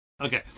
Okay